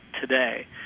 today